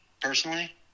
personally